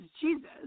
Jesus